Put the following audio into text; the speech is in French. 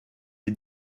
est